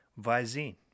Visine